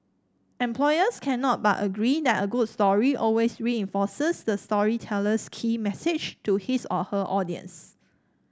employers cannot but agree that a good story always reinforces the storyteller's key message to his or her audience